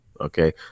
Okay